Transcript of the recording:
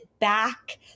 back